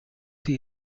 sie